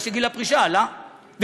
כי גיל הפרישה עלה.